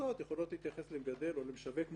יכולות להתייחס למגדל או למשווק מורשה,